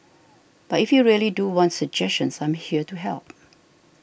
but if you really do want suggestions I am here to help